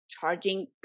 charging